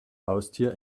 haustier